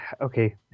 okay